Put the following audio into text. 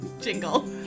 jingle